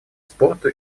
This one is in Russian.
спорту